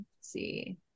see